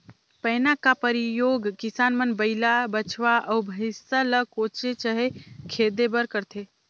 पैना का परियोग किसान मन बइला, बछवा, अउ भइसा ल कोचे चहे खेदे बर करथे